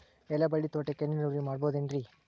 ಎಲೆಬಳ್ಳಿ ತೋಟಕ್ಕೆ ಹನಿ ನೇರಾವರಿ ಮಾಡಬಹುದೇನ್ ರಿ?